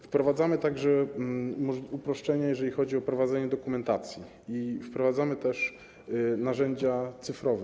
Wprowadzamy także uproszczenie, jeżeli chodzi o prowadzenie dokumentacji, i wprowadzamy narzędzia cyfrowe.